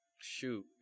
shoot